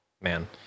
man